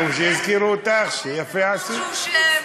שהזכירו אותך שיפה עשית.